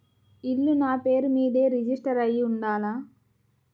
ఇల్లు నాపేరు మీదే రిజిస్టర్ అయ్యి ఉండాల?